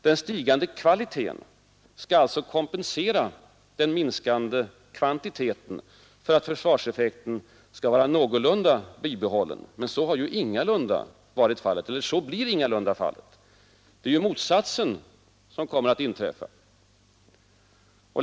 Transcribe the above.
Den stigande kvaliteten skall alltså kompensera den minskade kvantiteten för att försvarseffekten skall vara någorlunda bibehållen, men så blir ingalunda fallet. Det är ju motsatsen som kommer att inträffa.